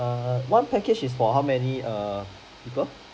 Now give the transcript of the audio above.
err one package is for how many err per~